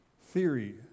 theory